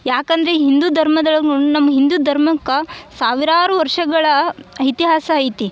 ಯಾಕಂದರೆ ಹಿಂದೂ ಧರ್ಮದೊಳಗೆ ನಮ್ಮ ಹಿಂದೂ ಧರ್ಮಕ್ಕ ಸಾವಿರಾರು ವರ್ಷಗಳ ಇತಿಹಾಸ ಐತಿ